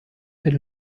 per